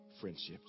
friendships